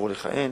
יישארו לכהן,